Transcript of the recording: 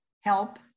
help